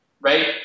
Right